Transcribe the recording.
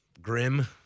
grim